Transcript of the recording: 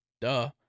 Duh